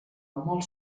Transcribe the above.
molt